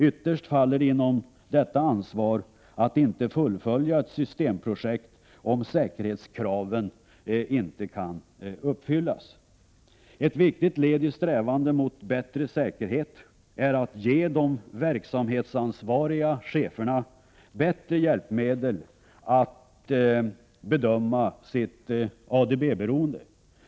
Ytterst faller inom detta ansvar att inte fullfölja ett systemprojekt om säkerhetskraven inte kan uppfyllas. Ett viktigt led i strävandena mot bättre säkerhet är att ge de verksamhetsansvariga cheferna bättre hjälpmedel att bedöma sitt ADB-beroende.